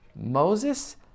Moses